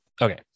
Okay